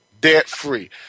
debt-free